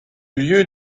lieu